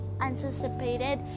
anticipated